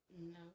No